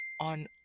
on